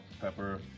pepper